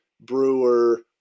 Brewer